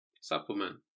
Supplement